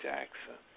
Jackson